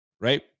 right